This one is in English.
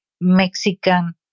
Mexican